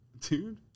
Dude